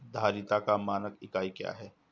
धारिता का मानक इकाई क्या है?